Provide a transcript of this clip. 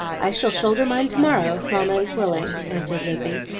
i shall shoulder mine to-morrow if mamma is willing, answered lizzie,